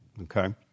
Okay